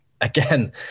again